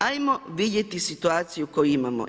Ajmo vidjeti situaciju koju imamo.